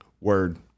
word